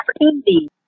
opportunity